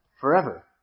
forever